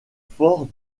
fort